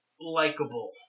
likable